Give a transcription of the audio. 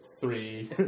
three